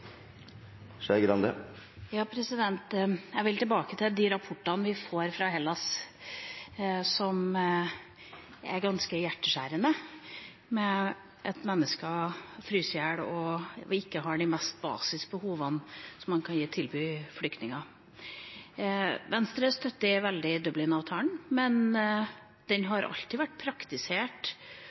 Skei Grande – til oppfølgingsspørsmål. Jeg vil tilbake til de rapportene vi får fra Hellas, som er ganske hjerteskjærende – mennesker fryser i hjel og får ikke dekket sine basisbehov. Venstre støtter veldig Dublin-avtalen, men den har alltid vært praktisert